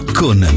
con